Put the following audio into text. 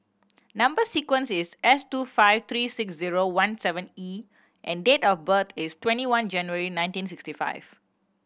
number sequence is S two five three six zero one seven E and date of birth is twenty one January nineteen sixty five